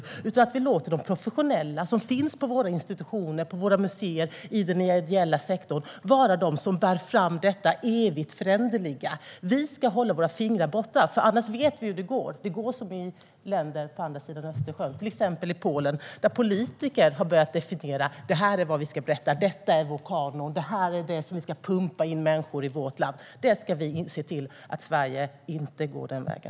I stället måste vi låta de professionella, som finns på våra institutioner, på våra museer och i den ideella sektorn, vara de som bär fram detta evigt föränderliga. Vi ska hålla våra fingrar borta, för annars vet vi hur det går. Det går som i länder på andra sidan Östersjön, till exempel Polen, där politiker har börjat definiera: Det här är vad vi ska berätta, detta är vår kanon, det här är det som vi ska pumpa in i människor i vårt land. Vi ska se till att Sverige inte går den vägen.